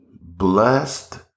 Blessed